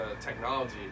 technology